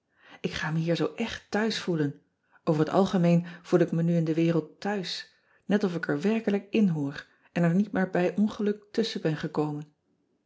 k ga me hier zoo echt thuis voelen over het algemeen voel ik me nu in de wereld thuis niet of ik er werkelijk in hoor en er niet maar bij ongeluk tusschen ben gekomen